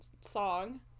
song